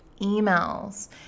emails